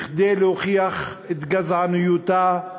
כדי להוכיח את גזענותה,